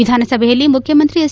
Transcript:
ವಿಧಾನಸಭೆಯಲ್ಲಿ ಮುಖ್ಯಮಂತ್ರಿ ಹೆಚ್